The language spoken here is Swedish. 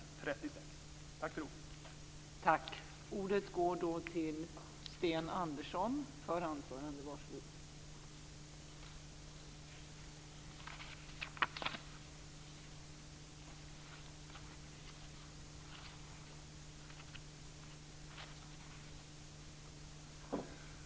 Tack för ordet!